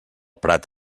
prat